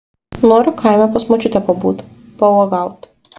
noriu kaime pas močiutę pabūt pauogaut